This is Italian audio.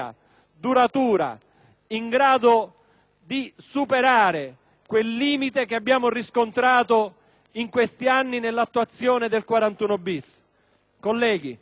di superare quel limite che abbiamo riscontrato in questi anni nell'attuazione del 41-*bis*. Colleghi, è un momento questo molto importante.